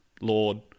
Lord